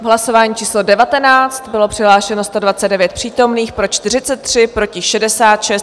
Hlasování číslo 19 bylo přihlášeno 129 přítomných, pro 43, proti 66.